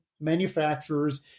manufacturers